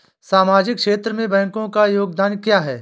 सामाजिक क्षेत्र में बैंकों का योगदान क्या है?